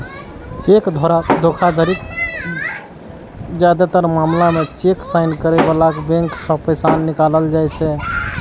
cheque धोखाधड़ीक जादेतर मामला मे चेक साइन करै बलाक बैंक सं पैसा निकालल जाइ छै